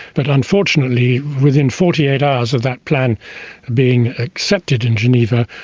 but unfortunately within forty eight hours of that plan being accepted in geneva,